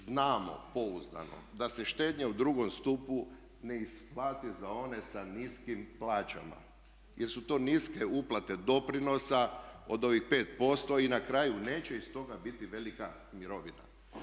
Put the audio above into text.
Znamo pouzdano da se štednja u II. stupu ne isplati sa one sa niskim plaćama jer su to niske uplate doprinosa od ovih 5% i na kraju neće iz toga biti velika mirovina.